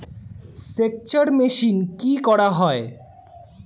সেকচার মেশিন কি করা হয়?